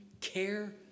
care